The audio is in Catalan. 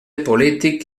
polític